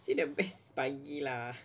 see the best pagi lah